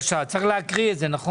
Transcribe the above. צריך להקריא את זה, נכון?